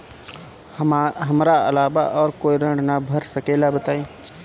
हमरा अलावा और कोई ऋण ना भर सकेला बताई?